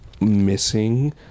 missing